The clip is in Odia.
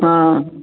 ହଁ